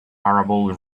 arable